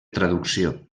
traducció